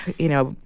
you know,